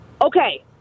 Okay